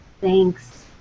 Thanks